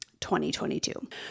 2022